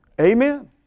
Amen